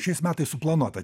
šiais metais suplanuota